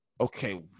Okay